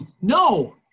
no